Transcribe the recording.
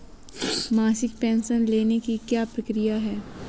मासिक पेंशन लेने की क्या प्रक्रिया है?